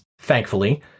Thankfully